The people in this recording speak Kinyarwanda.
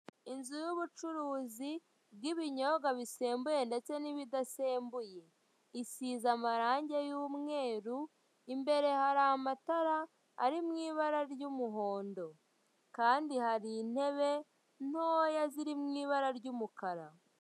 Inzu y'ubucuruzi bwibinyobwa bisembuye ndetse nibidasembuye, isize amarange y'umweru imbere hari amatara ari mwibara ry'umuhondo kandi hari intebe ntoya ziri mwibara ry'umukara.